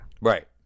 Right